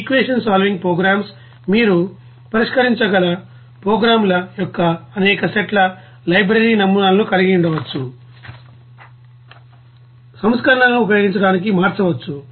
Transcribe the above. equation solving programs మీరు ఉపయోగించగల program ల యొక్క అనేక సెట్ల లైబ్రరీ నమూనాలను కలిగి ఉండవచ్చు లేదా సవరించిన సంస్కరణలను ఉపయోగించడానికి మార్చవచ్చు